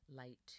light